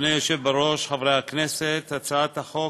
אדוני היושב בראש, חברי הכנסת, הצעת החוק